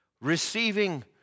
receiving